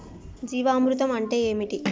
జీవామృతం అంటే ఏంటి?